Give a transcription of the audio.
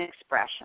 expression